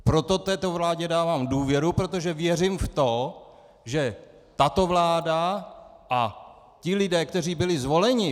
Proto této vládě dávám důvěru, protože věřím v to, že tato vláda a ti lidé, kteří byli zvoleni ...